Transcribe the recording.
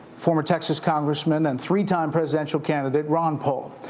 former texas congressman and three-time presidential candidate ron paul.